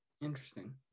Interesting